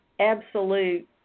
absolute